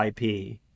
IP